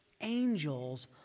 angels